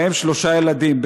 ובהם שלושה ילדים,